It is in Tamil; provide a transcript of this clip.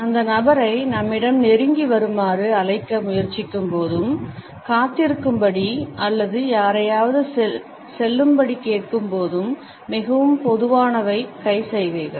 அந்த நபரை நம்மிடம் நெருங்கி வருமாறு அழைக்க முயற்சிக்கும்போதும் காத்திருக்கும்படி அல்லது யாரையாவது செல்லும்படி கேட்கும்போதும் மிகவும் பொதுவானவை கை சைகைகள்